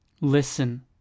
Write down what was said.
Listen